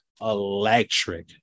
electric